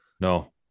No